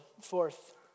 Fourth